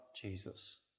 Jesus